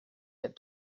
had